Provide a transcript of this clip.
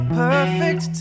perfect